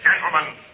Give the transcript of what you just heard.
gentlemen